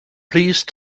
please